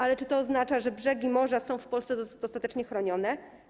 Ale czy to oznacza, że brzegi morza są w Polsce dostatecznie chronione?